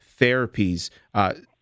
therapies